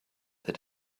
that